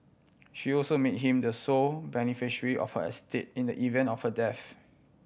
she also made him the sole beneficiary of her estate in the event of her death